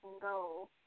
go